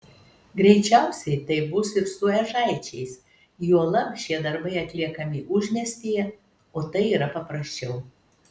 greičiausiai taip bus ir su ežaičiais juolab šie darbai atliekami užmiestyje o tai yra paprasčiau